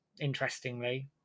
interestingly